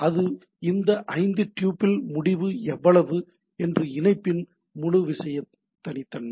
அது இந்த ஐந்து டூப்பிள் முடிவு எவ்வளவு என்று இணைப்பின் முழு தனித்தன்மை